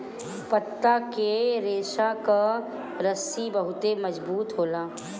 पत्ता के रेशा कअ रस्सी बहुते मजबूत होला